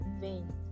vein